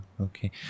okay